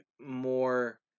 more